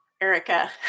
Erica